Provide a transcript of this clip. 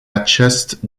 acest